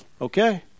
okay